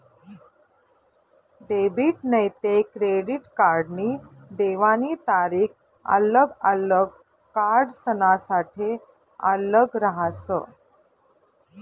debit नैते credit कार्डनी देवानी तारीख आल्लग आल्लग कार्डसनासाठे आल्लग रहास